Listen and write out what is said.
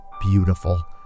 beautiful